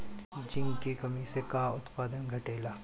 Zinc की कमी से का उत्पादन घटेला?